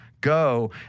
go